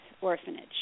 Orphanage